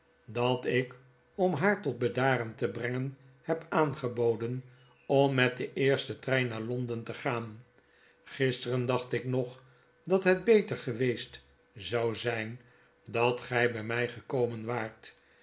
dat ik om haar tot bedaren te brengen heb aangeboden om met den eersten trein naar londen te gaan gisteren dacht ik nog dat het beter geweest zou zijn dat gy bij my gekomen waart